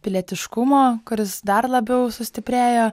pilietiškumo kuris dar labiau sustiprėjo